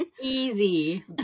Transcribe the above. easy